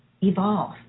evolve